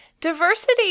Diversity